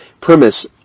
Premise